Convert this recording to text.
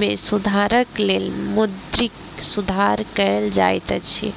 में सुधारक लेल मौद्रिक सुधार कयल जाइत अछि